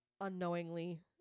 Unknowingly